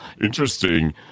interesting